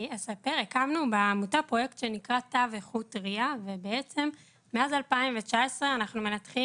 הקמנו בעמותה פרויקט שנקרא תו איכות RIA. מאז 2019 אנחנו מנתחים